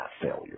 failure